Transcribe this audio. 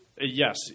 yes